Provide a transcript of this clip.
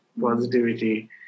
positivity